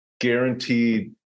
guaranteed